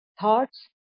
thoughts